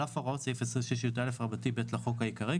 על אף הוראות סעיף 26יא(ב) לחוק העיקרי,